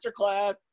masterclass